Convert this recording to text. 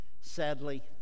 sadly